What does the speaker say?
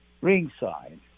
ringside